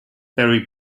barry